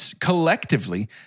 collectively